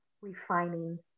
refining